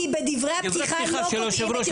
כי בדברי הפתיחה לא קוטעים את